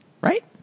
Right